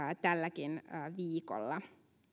tälläkin viikolla